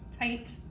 Tight